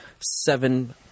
seven